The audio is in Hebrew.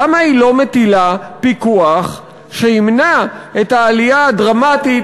למה היא לא מטילה פיקוח שימנע את העלייה הדרמטית,